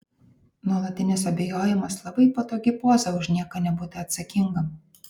nuolatinis abejojimas labai patogi poza už nieką nebūti atsakingam